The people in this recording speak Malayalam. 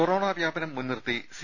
കൊറോണ് വ്യാപനം മുൻനിർത്തി സി